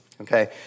Okay